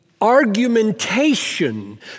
argumentation